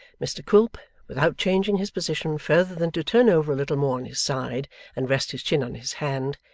mr quilp, without changing his position further than to turn over a little more on his side and rest his chin on his hand,